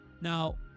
Now